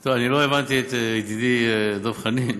טוב, אני לא הבנתי את ידידי דב חנין.